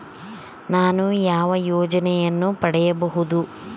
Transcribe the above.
ನಾನು ಯಾವ ಯೋಜನೆಯನ್ನು ಪಡೆಯಬಹುದು?